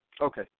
Okay